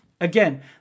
Again